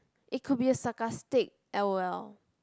it could be a sarcastic L_O_L